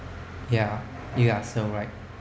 ya ya you are so right